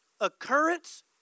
occurrence